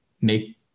make